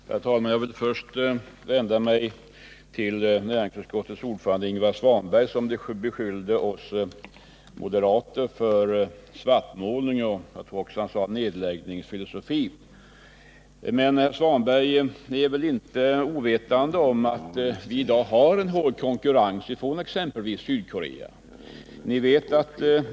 Herr talman! Jag vill först vända mig till näringsutskottets ordförande Ingvar Svanberg, som beskyllde oss moderater för svartmålning och jag tror också att han sade nedläggningsfilosofi. Men, herr Svanberg, ni är väl inte ovetande om att vi i dag har en hård konkurrens från exempelvis Sydkorea?